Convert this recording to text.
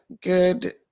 Good